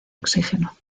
oxígeno